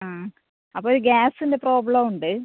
അപ്പോൾ ഗ്യാസിൻ്റെ പ്രോബ്ലം ഉണ്ട്